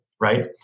right